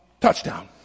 touchdown